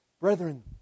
Brethren